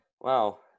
wow